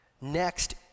Next